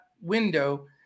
window